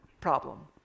problem